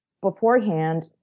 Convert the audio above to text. beforehand